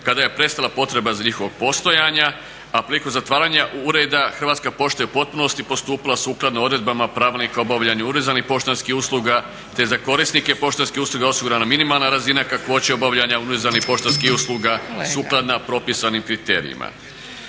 kada je prestala potreba njihovog postojanja, a prilikom zatvaranja ureda Hrvatska pošta je u potpunosti postupila sukladno odredbama pravilnika o obavljanju univerzalnih poštanskih usluga te za korisnike poštanskih usluga osigurana minimalna razina kakvoće obavljanja univerzalnih poštanskih usluga sukladno propisnim kriterijima.